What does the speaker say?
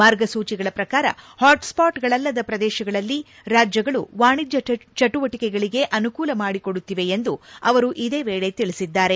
ಮಾರ್ಗಸೂಚಿಗಳ ಪ್ರಕಾರ ಪಾಟ್ ಸ್ವಾಟ್ಗಳಲ್ಲದ ಪ್ರದೇಶಗಳಲ್ಲಿ ರಾಜ್ಯಗಳು ವಾಣಿಜ್ಯ ಚಟುವಟಿಕೆಗಳಿಗೆ ಅನುಕೂಲ ಮಾಡಿಕೊಡುತ್ತಿವೆ ಎಂದು ಅವರು ಇದೇ ವೇಳೆ ತಿಳಿಸಿದ್ದಾರೆ